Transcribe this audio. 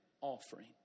offering